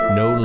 no